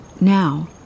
Now